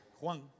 Juan